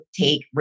take